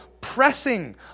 pressing